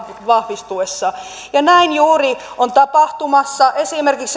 vahvistuessa ja näin juuri on tapahtumassa esimerkiksi